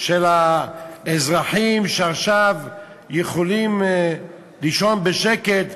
של האזרחים, שעכשיו יכולים לישון בשקט,